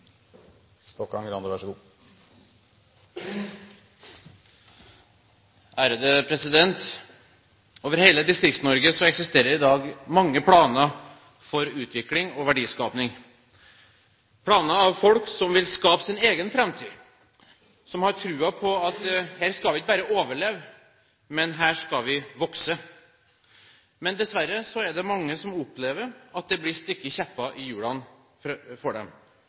Over hele Distrikts-Norge eksisterer det i dag mange planer for utvikling og verdiskaping – planer lagt av folk som vil skape sin egen framtid, som har troen på at her skal vi ikke bare overleve, men her skal vi vokse. Dessverre er det mange som opplever at det blir stukket kjepper i hjulene for dem,